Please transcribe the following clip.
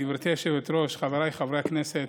גברתי היושבת-ראש, חבריי חברי הכנסת,